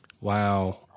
Wow